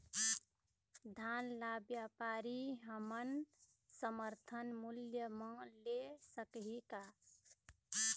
धान ला व्यापारी हमन समर्थन मूल्य म ले सकही का?